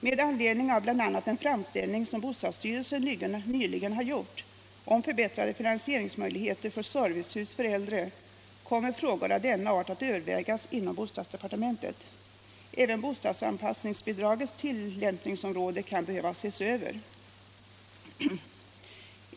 Med anledning av bl.a. en framställning som bostadsstyrelsen nyligen har gjort om förbättrade finansieringsmöjligheter för servicehus för äldre kommer frågor av denna art att övervägas inom bostadsdepartementet. Även bostadsanpassningsbidragets tillämpningsområde kan behöva ses över.